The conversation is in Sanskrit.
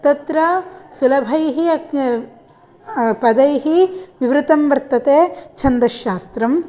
तत्र सुलभैः पदैः विवृतं वर्तते छन्दश्शास्त्रं